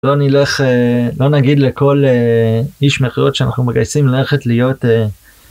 לא נלך אה... לא נגיד לכל איש מכירות שאנחנו מגייסים ללכת להיות.